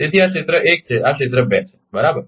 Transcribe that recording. તેથી આ ક્ષેત્ર 1 છે આ ક્ષેત્ર 2 છે બરાબર